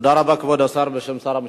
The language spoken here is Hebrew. תודה רבה, כבוד השר בשם שר המשפטים.